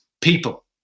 people